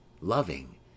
loving